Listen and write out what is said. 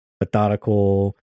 methodical